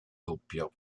doppio